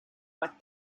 what